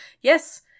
Yes